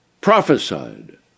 prophesied